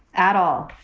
at all.